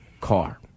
car